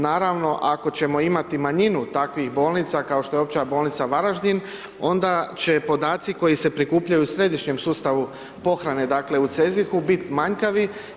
Naravno ako ćemo imati manjinu takvih bolnica kao što je Opća bolnica Varaždin onda će podaci koji se prikupljaju u središnjem sustavu pohrane, dakle u CEZIH-u biti manjkavi.